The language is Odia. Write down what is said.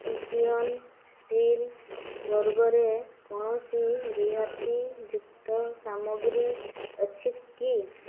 ପିଜିଅନ୍ ଷ୍ଟିଲ୍ ବର୍ଗରେ କୌଣସି ରିହାତିଯୁକ୍ତ ସାମଗ୍ରୀ ଅଛି କି